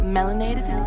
Melanated